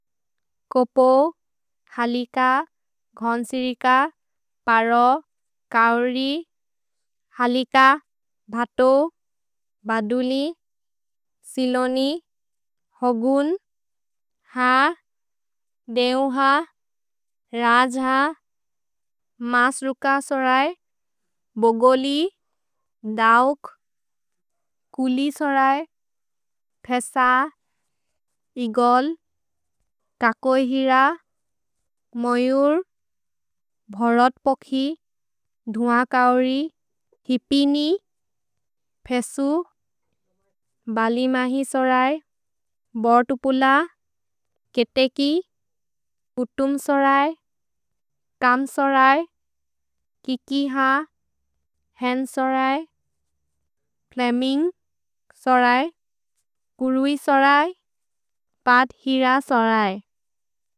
कोपो, हलिक, घोसिरिक, परओ, कौरि, हलिक, भतो, बदुलि, सिलोनि, हगुन्, हा, देउह, रझ, मस्रुकसोरै, बोगोलि, दौक्, कुलिसोरै, थेस, इगोल्, ककोइहिर, मयुर्, भरत्पोखि, धुअकौरि, हिपिनि, फेसु, बलिमहि सोरै, बोतुपुल, केतेकि, पुतुम् सोरै, कम् सोरै, किकिह, हेन् सोरै, क्लमिन्ग्, सोरै, गुरुइसोरै, बथिर सोरै।